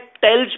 tells